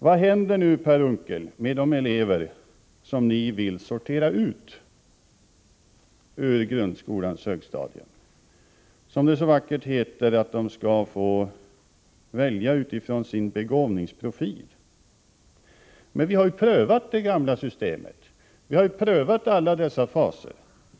Vad händer, Per Unckel, med de elever som ni vill sortera ut ur grundskolans högstadium? Ni säger, som det så vackert heter, att de skall få välja utifrån sin begåvningsprofil. Men vi har ju prövat det gamla systemet. Vi har prövat alla dessa faser.